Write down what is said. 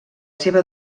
seva